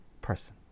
person